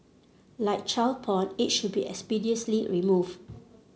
like child porn it should be expeditiously remove